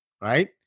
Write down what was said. right